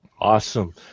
Awesome